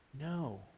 No